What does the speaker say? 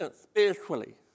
spiritually